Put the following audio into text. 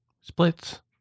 splits